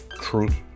truth